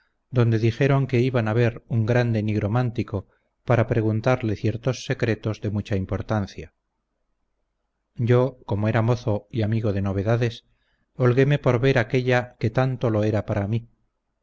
donde dijeron que iban a ver un grande nigromántico para preguntarle ciertos secretos de mucha importancia yo como era mozo y amigo de novedades holguéme por ver aquella que tanto lo era para mí